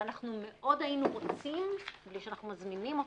ואנחנו מאוד היינו רוצים לא שאנחנו מזמינים אותם,